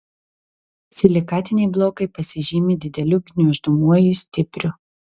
silikatiniai blokai pasižymi dideliu gniuždomuoju stipriu